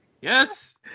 Yes